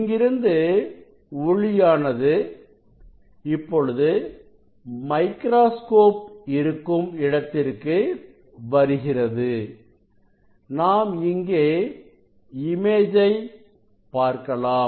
இங்கிருந்து ஒளியானது இப்பொழுது மைக்ராஸ்கோப் இருக்கும் இடத்திற்கு வருகிறது நாம் இங்கு இமேஜை பார்க்கலாம்